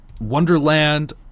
Wonderland